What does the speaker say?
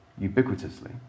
ubiquitously